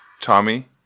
Tommy